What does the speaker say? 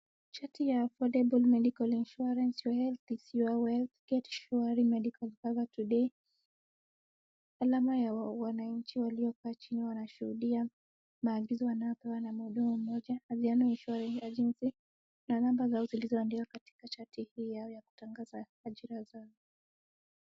Chati ya affordable medical insurance, your health is your wealth. Get sure medical cover today . Alama ya wananchi waliokaa chini wanashuhudia maagizo wanayopewa na mhudumu mmoja. Anziano Insurance Agency na number zao zilizowadiwa katika chati hii yao ya kutangaza ajira zao.